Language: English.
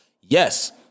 Yes